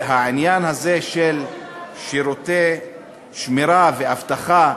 העניין הזה, של שירותי שמירה ואבטחה,